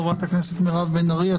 חברת הכנסת מירב בן ארי,